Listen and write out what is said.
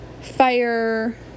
fire